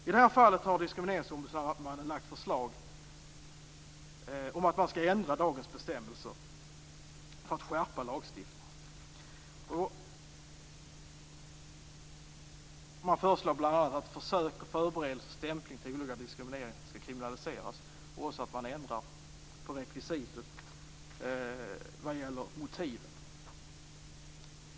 I det här fallet har Diskrimineringsombudsmannen lagt förslag om att man skall ändra dagens bestämmelser för att skärpa lagstiftningen. Man föreslår bl.a. att försök, förberedelse och stämpling till olaga diskriminering skall kriminaliseras och även att man ändrar på rekvisitet vad gäller motiven.